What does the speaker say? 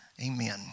amen